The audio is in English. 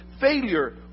failure